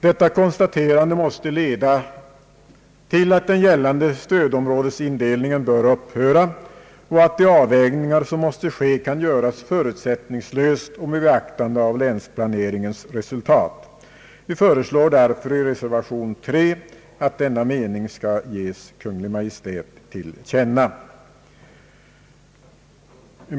Detta konstaterande måste leda till att den gällande stödområdesindelningen bör upphöra och att de avvägningar som måste ske kan göras förutsättningslöst och med beaktande av länsplaneringens resultat. Vi föreslår därför i reservation 3 att denna mening skall ges Kungl. Maj:t till känna.